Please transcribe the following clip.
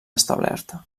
establerta